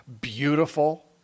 beautiful